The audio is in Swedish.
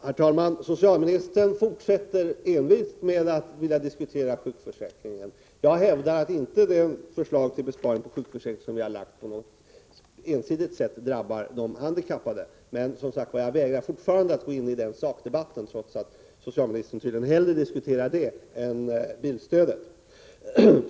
Herr talman! Socialministern fortsätter envist att vilja diskutera sjukförsäkringen. Jag hävdar att de förslag beträffande sjukförsäkringen som vi har lagt fram inte på något ensidigt sätt drabbar de handikappade, men jag vägrar fortfarande att gå in i den sakdebatten, trots att socialministern tydligen hellre diskuterar sjukförsäkringen än bilstödet.